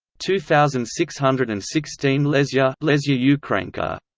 two thousand six hundred and sixteen lesya lesya yeah kind of ah